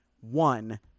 one